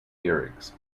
lyrics